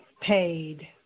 paid